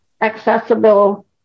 accessible